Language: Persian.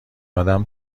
آدم